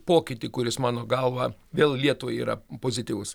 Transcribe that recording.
pokytį kuris mano galva vėl lietuvai yra pozityvūs